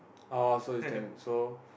uh so he's kind so